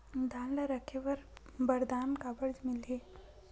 धान ल रखे बर बारदाना काबर मिलही?